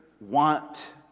want